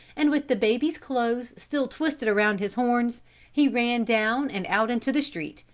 and with the baby's clothes still twisted around his horns he ran down and out into the street,